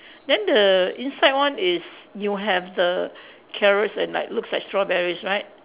then the inside one is you have the carrots and like looks like strawberries right